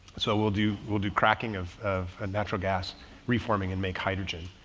so we'll do, we'll do cracking of of a natural gas reforming and make hydrogen.